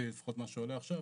לפחות לפי מה שעולה עכשיו.